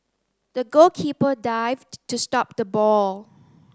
the goalkeeper dived to stop the ball